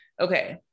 Okay